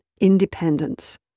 independence